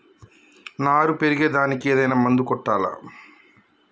నారు పెరిగే దానికి ఏదైనా మందు కొట్టాలా?